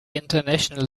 international